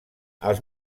els